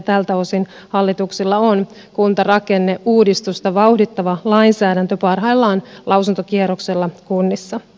tältä osin hallituksella on kuntarakenneuudistusta vauhdittava lainsäädäntö parhaillaan lausuntokierroksella kunnissa